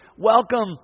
Welcome